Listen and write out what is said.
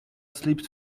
slipped